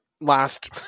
last